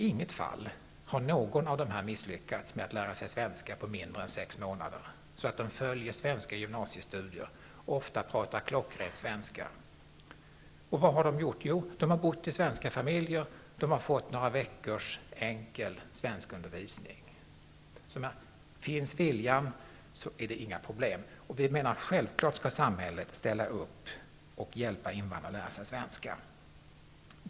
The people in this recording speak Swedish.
Ingen har misslyckats med att lära sig svenska på mindre än sex månader så bra att de följer svenska gymnasiestudier, ofta talar klockren svenska. Vad har de gjort? Jo, de har bott i svenska familjer och fått några veckors enkel svenskundervisning. Så finns viljan, är det inga problem. Vi menar att samhället självklart skall ställa upp och hjälpa invandrarna att lära sig svenska.